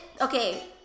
Okay